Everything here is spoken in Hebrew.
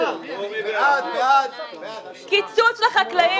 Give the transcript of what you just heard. אני חבר בקואליציה ואני עושה את הדברים שצריך לעשות.